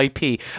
IP